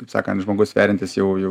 kaip sakant žmogus sveriantis jau jau